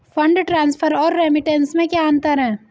Fund transfer और remittance में क्या अंतर है?